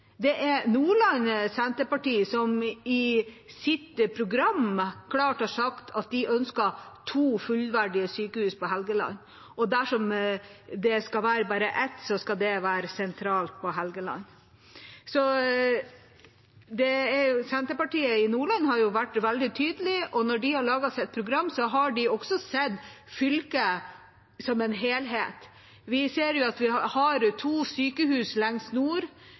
Det er Nordland Senterparti som i sitt program klart har sagt at de ønsker to fullverdige sykehus på Helgeland, og dersom det skal være bare ett, skal det være sentralt på Helgeland. Senterpartiet i Nordland har vært veldig tydelig, og når de har laget sitt program, har de også sett fylket som en helhet. Vi ser at vi har to sykehus lengst nord